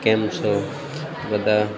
કેમ છો બધા